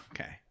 okay